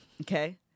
Okay